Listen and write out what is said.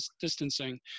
distancing